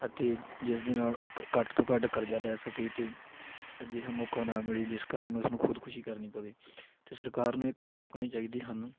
ਅਤੇ ਜਿਸਦੇ ਨਾਲ ਉਹ ਘੱਟ ਤੋਂ ਘੱਟ ਕਰਜ਼ਾ ਲੈ ਸਕੇ ਅਤੇ ਅਜਿਹਾ ਮੌਕਾ ਨਾ ਮਿਲੇ ਜਿਸ ਕਾਰਨ ਉਸ ਨੂੰ ਖੁਦਕੁਸ਼ੀ ਕਰਨੀ ਪਵੇ ਅਤੇ ਸਰਕਾਰ ਨੂੰ ਇਹ ਕਦਮ ਚੁੱਕਣੇ ਚਾਹੀਦੇ ਹਨ